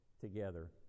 together